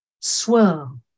swirl